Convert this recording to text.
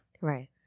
Right